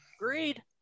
Agreed